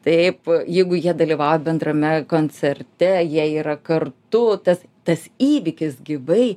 taip jeigu jie dalyvauja bendrame koncerte jie yra kartu tas tas įvykis gyvai